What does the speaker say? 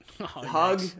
hug